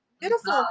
beautiful